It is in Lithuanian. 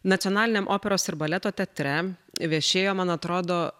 nacionaliniam operos ir baleto teatre viešėjo man atrodo